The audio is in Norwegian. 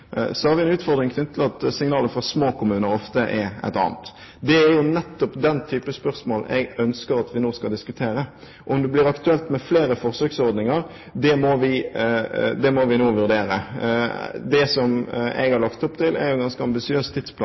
Så har vi en utfordring knyttet til at signalet fra små kommuner ofte er et annet. Det er nettopp den type spørsmål jeg ønsker at vi nå skal diskutere. Om det blir aktuelt med flere forsøksordninger, må vi nå vurdere. Det som jeg har lagt opp til, er jo en ganske ambisiøs tidsplan